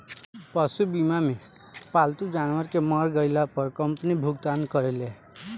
पशु बीमा मे पालतू जानवर के मर गईला पर कंपनी भुगतान करेले